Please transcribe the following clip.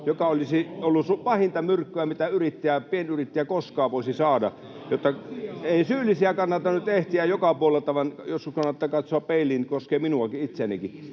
joka olisi ollut pahinta myrkkyä, mitä pienyrittäjä koskaan voisi saada. Ei syyllisiä kannata nyt etsiä joka puolelta, vaan joskus kannattaa katsoa peiliin — koskee minua itseänikin.